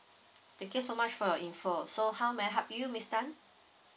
thank you so much for your info so how may I help you miss tan